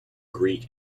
greek